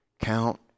Count